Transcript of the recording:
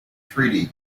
treaty